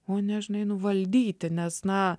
o ne žinai nu valdyti nes na